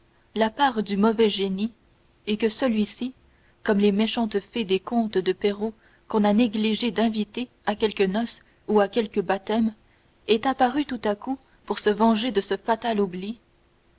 la part du mauvais génie et que celui-ci comme les méchantes fées des contes de perrault qu'on a négligé d'inviter à quelque noce ou à quelque baptême est apparu tout à coup pour se venger de ce fatal